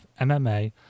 MMA